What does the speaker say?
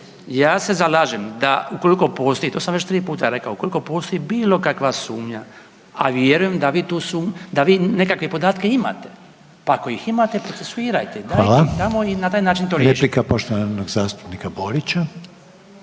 ja se zalažem da ukoliko postoji, to sam već 3 puta rekao, ukoliko postoji bilo kakva sumnja, a vjerujem da vi tu, da vi nekakve podatke imate, pa ako ih imate procesuirajte ih, dajte …/Upadica: